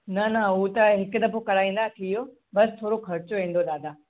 न न हू त हिकु दफ़ो कराईंदा थी वियो बस थोरो ख़र्चो ईंदो दादा